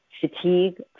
fatigue